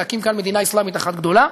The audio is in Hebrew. להקים כאן מדינה אסלאמית אחת גדולה.